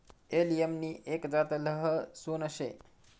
allium नि एक जात लहसून शे